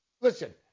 Listen